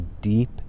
deep